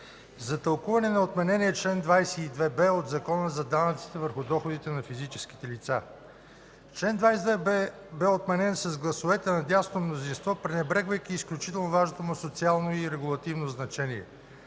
за тълкуване на отменения чл. 22б от Закона за данъците върху доходите на физическите лица. Член 22б бе отменен с гласовете на дясното мнозинство, пренебрегвайки изключително важното му социално и регулативно значение.